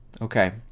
Okay